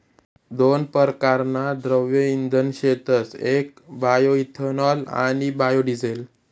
दोन परकारना द्रव्य इंधन शेतस येक बायोइथेनॉल आणि बायोडिझेल